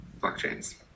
blockchains